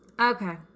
Okay